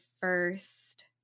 first